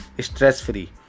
Stress-free